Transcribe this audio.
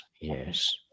Yes